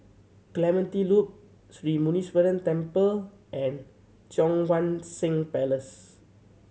Clementi Loop Sri Muneeswaran Temple and Cheang Wan Seng Place